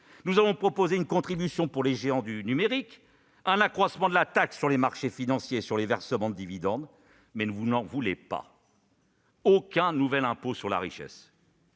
vous avons proposé une contribution des géants du numérique et un accroissement de la taxe sur les marchés financiers et sur les versements de dividendes, mais vous n'en voulez pas. Aucun nouvel impôt sur la richesse